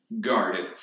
guarded